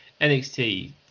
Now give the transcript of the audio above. NXT